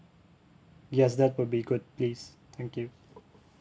yes that will be good please thank you